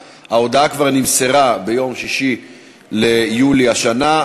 ההודעה נמסרה כבר ביום 6 ביולי השנה,